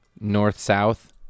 north-south